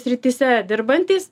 srityse dirbantys